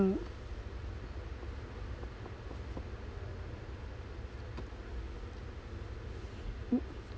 mm